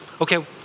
Okay